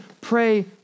pray